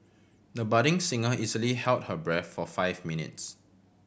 the budding singer easily held her breath for five minutes